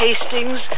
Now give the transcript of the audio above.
Hastings